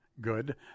good